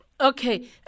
Okay